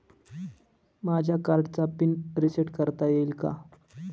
माझ्या कार्डचा PIN reset करता येईल का?